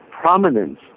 prominence